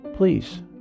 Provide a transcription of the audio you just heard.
Please